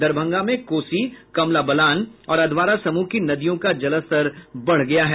दरभंगा में कोसी कमला बलान और अधवारा समूह की नदियों का जलस्तर बढ़ गया है